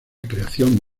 creación